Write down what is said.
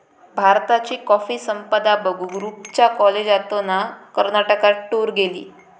भारताची कॉफी संपदा बघूक रूपच्या कॉलेजातना कर्नाटकात टूर गेली